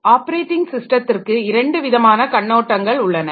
operating ஸிஸ்டத்திற்கு இரண்டு விதமான கண்ணோட்டங்கள் உள்ளன